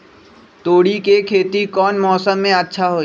तोड़ी के खेती कौन मौसम में अच्छा होई?